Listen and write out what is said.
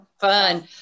fun